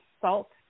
salt